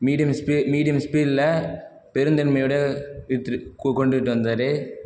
medium speed medium ஸ்பீட்டில் பெருந்தன்மையோட இழுத்துட்டு கொ கொண்டுட்டு வந்தார்